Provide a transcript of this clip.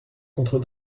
contre